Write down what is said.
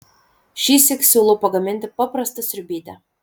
šįsyk siūlau pagaminti paprastą sriubytę